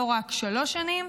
לא רק שלוש שנים,